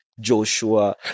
Joshua